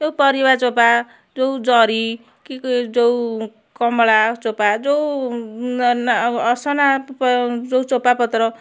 ଯେଉଁ ପରିବା ଚୋପା ଯେଉଁ ଜରି କି ଯେଉଁ କମଳା ଚୋପା ଯେଉଁ ଅସନା ଯେଉଁ ଚୋପା ପତର